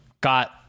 got